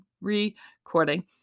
recording